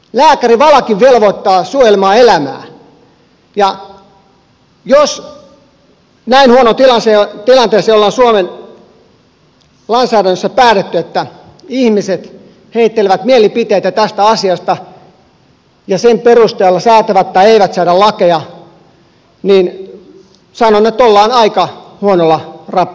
lääkärin valakin velvoittaa suojelemaan elämää ja jos näin huonoon tilanteeseen ollaan suomen lainsäädännössä päädytty että ihmiset heittelevät mielipiteitä tästä asiasta ja sen perusteella säätävät tai eivät säädä lakeja niin sanon että ollaan aika huonolla rappion tiellä